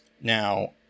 now